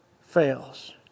fails